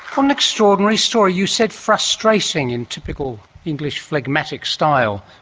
um an extraordinary story. you said frustrating in typical english phlegmatic style.